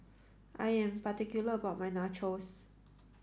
I am particular about my Nachos